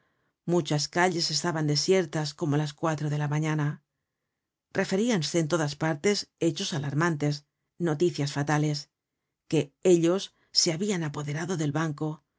muchas calles estaban desiertas como á las cuatro de la mañana referíanse en todas partes hechos alarmantes noticias fatales que ellos se habian apoderado del banco